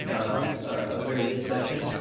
a very good session.